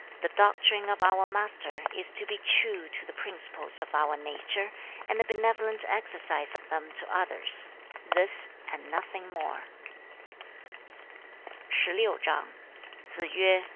the doctrine of our master is to be true to the principles of our nature and the benevolent exercise of them to others this and nothing more shi liu zhang zi yue,